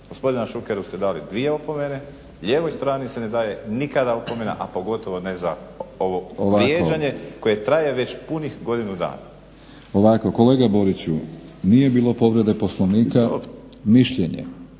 Gospodinu Šukeru ste dali dvije opomene, lijevoj strani se ne daje nikada opomena, a pogotovo ne za ovo vrijeđanje koje traje već punih godinu dana. **Batinić, Milorad (HNS)** Ovako, kolega Boriću nije bilo povrede Poslovnika. Mišljenja